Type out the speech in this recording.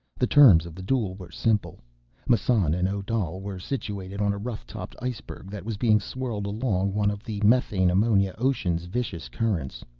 the terms of the duel were simple massan and odal were situated on a rough-topped iceberg that was being swirled along one of the methane ammonia ocean's vicious currents.